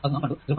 അത് നാം കണ്ടു 0